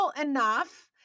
enough